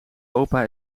opa